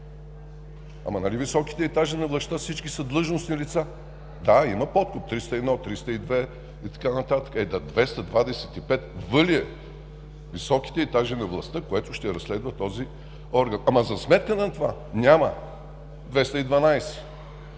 Ама нали по високите етажи на властта всички са длъжностни лица? Да, има подкуп – чл. 301, чл. 302 и така нататък. Е, та чл. 225в ли е за високите етажи на властта, което ще разследва този орган? Но за сметка на това няма чл.